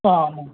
ஆ ஆமாங்க சார்